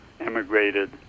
immigrated